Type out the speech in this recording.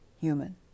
human